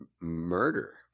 murder